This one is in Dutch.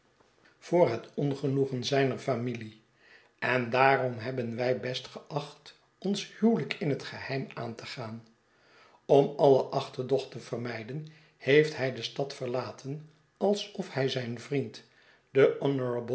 voor het ongenoegen zyner familie en daarom hebben wij best geacht ons huwelijk in het geheim aan te gaan om alle achterdocht te vermijden heeft hij de stad verlaten alsof hij zijn vriend den